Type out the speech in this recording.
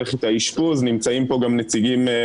בסדר, לא צריך להילחץ.